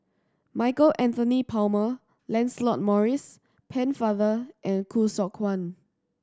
Michael Anthony Palmer Lancelot Maurice Pennefather and Khoo Seok Wan